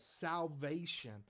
salvation